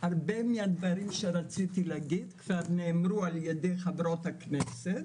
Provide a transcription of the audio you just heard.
הרבה מהדברים שרציתי להגיד כבר נאמרו על ידי חברות הכנסת,